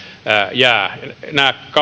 jäävät nämä